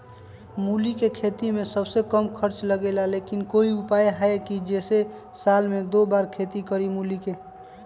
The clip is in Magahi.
मूली के खेती में सबसे कम खर्च लगेला लेकिन कोई उपाय है कि जेसे साल में दो बार खेती करी मूली के?